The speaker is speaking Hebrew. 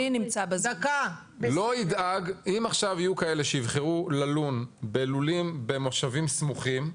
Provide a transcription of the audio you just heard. אם עכשיו יהיו כאלה שיבחרו ללון בלולים במושבים סמוכים,